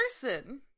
person